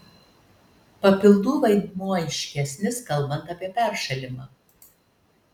papildų vaidmuo aiškesnis kalbant apie peršalimą